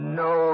no